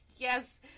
Yes